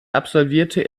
absolvierte